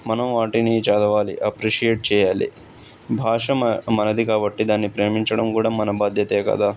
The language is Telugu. మనం వాటిని చదవాలి అప్రిషియేట్ చెయ్యాలి భాష మనది కాబట్టి దాన్ని ప్రేమించడం కూడా మన బాధ్యతే కదా